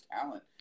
talent